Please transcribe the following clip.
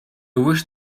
wish